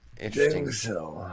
interesting